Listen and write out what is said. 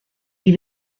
die